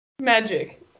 magic